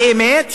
באמת,